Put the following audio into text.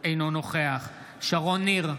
אינו נוכח שרון ניר,